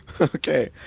Okay